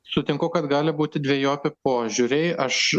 sutinku kad gali būti dvejopi požiūriai aš